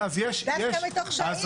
דווקא מתוך שהייתי.